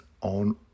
on